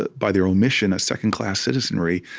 ah by their omission, a second-class citizenry.